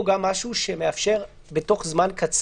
האם אין טעם להוסיף פה גם משהו שמאפשר בתוך זמן קצר